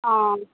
অঁ